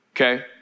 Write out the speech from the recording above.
okay